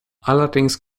allerdings